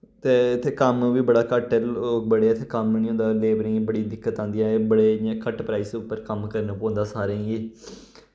ते इत्थै कम्म वी बड़ा घट्ट ऐ लोक बड़े ऐ इत्थै कम्म निं होंदा लेबरें गी बड़ी दिक्कत आंदी ते बड़े इ'यां घट्ट प्राइस उप्पर कम्म करने पौंदा सारें गी